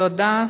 תודה.